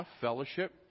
fellowship